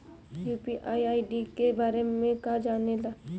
UPI ID के बारे में का जाने ल?